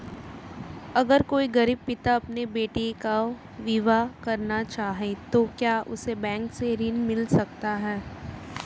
अगर कोई गरीब पिता अपनी बेटी का विवाह करना चाहे तो क्या उसे बैंक से ऋण मिल सकता है?